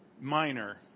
minor